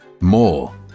More